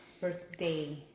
Birthday